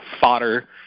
fodder